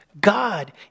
God